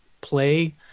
play